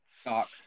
stock